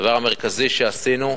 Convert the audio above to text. הדבר המרכזי שעשינו,